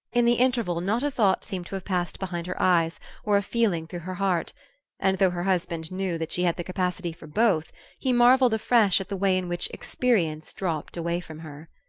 in the interval not a thought seemed to have passed behind her eyes or a feeling through her heart and though her husband knew that she had the capacity for both he marvelled afresh at the way in which experience dropped away from her.